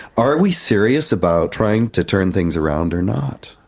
are we serious about trying to turn things around, or not?